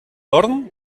dorm